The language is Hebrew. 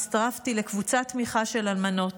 הצטרפתי לקבוצת תמיכה של אלמנות.